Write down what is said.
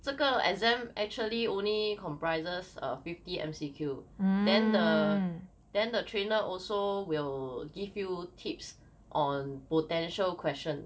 这个 exam actually only comprises err fifty M_C_Q then the then the trainer also will give you tips on potential question